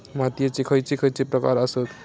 मातीयेचे खैचे खैचे प्रकार आसत?